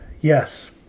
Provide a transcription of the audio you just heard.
yes